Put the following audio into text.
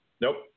Nope